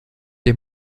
der